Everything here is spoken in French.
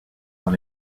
dans